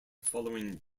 following